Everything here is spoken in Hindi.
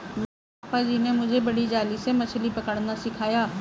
मेरे पापा जी ने मुझे बड़ी जाली से मछली पकड़ना सिखाया